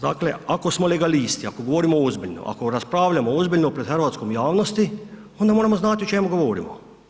Dakle, ako smo legalisti, ako govorimo ozbiljno, ako raspravljamo ozbiljno pred hrvatskom javnosti, onda moramo znati o čemu govorimo.